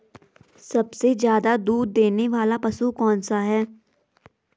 सबसे ज़्यादा दूध देने वाला पशु कौन सा है?